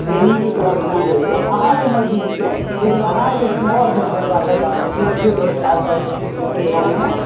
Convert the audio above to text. training के पूरा ध्यान रहै छै अहाँ के मरजी छियै लेकिन अहाँ जे सुबह जे छै प्रातःकाल जे छै छओ बजे आबि जाय के छै बी एस ए ग्राउंड मे